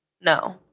no